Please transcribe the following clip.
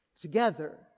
together